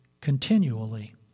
continually